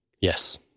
Yes